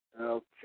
Okay